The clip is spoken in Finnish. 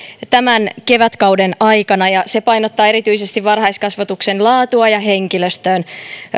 tämän kevätkauden aikana ja se painottaa erityisesti varhaiskasvatuksen laatua ja henkilöstöön